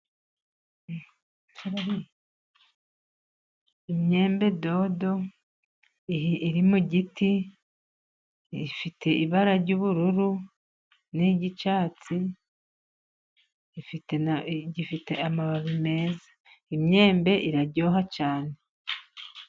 Imyembe dodo iri mu giti. Ifite ibara ry'ubururu n'iry'icyatsi, gifite amababi meza. Imyembe iraryoha cyane.